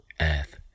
earth